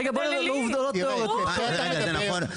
יש עובדות שאיתן קשה להתווכח.